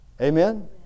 Amen